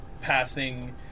passing